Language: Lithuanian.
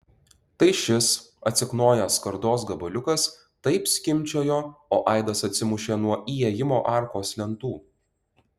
tai šis atsiknojęs skardos gabaliukas taip skimbčiojo o aidas atsimušė nuo įėjimo arkos lentų